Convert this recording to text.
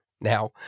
Now